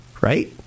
Right